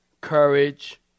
courage